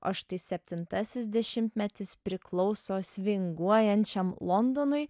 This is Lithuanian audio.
o štai septintasis dešimtmetis priklauso svinguojančiam londonui